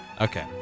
Okay